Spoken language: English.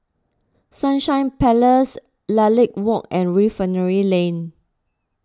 Sunshine Place Lilac Walk and Refinery Lane